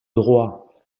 droit